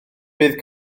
bydd